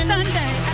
Sunday